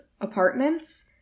apartments